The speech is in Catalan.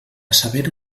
saber